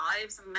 lives